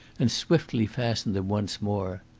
and swiftly fastened them once more.